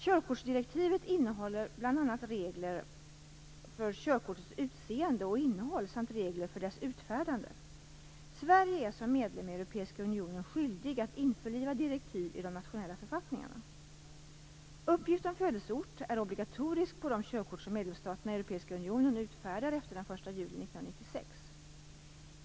Körkortsdirektivet innehåller bl.a. regler för körkortets utseende och innehåll samt regler för dess utfärdande. Sverige är som medlem i Europeiska unionen skyldigt att införliva direktiv i de nationella författningarna. Uppgift om födelseort är obligatorisk på de körkort som medlemsstaterna i Europeiska unionen utfärdar efter den 1 juli 1996.